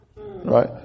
Right